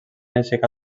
aixecar